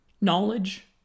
knowledge